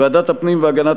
ועדת הפנים והגנת